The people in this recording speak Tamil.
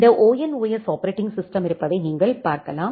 இந்த ONOS ஆப்பரேட்டிங் சிஸ்டம் இருப்பதை நீங்கள் பார்க்கலாம்